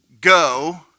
go